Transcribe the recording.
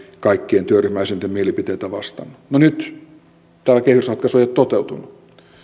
kaikkien työryhmän jäsenten mielipiteitä vastannut no nyt tämä kehysratkaisu ei ole toteutunut